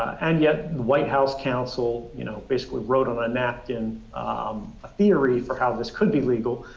and yet the white house counsel you know basically wrote on a napkin um a theory for how this could be legal.